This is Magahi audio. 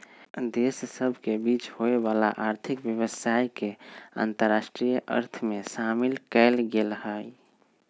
देश सभ के बीच होय वला आर्थिक व्यवसाय के अंतरराष्ट्रीय अर्थ में शामिल कएल गेल हइ